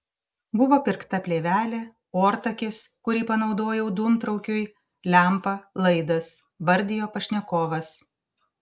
buvo pirkta plėvelė ortakis kurį panaudojau dūmtraukiui lempa laidas vardijo pašnekovas